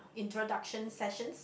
introduction sessions